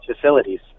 facilities